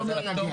מתחדשת.